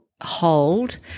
hold